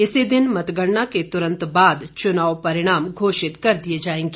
इसी दिन मतगणना के तुरंत बात चुनाव परिणाम घोषित कर दिए जाएंगे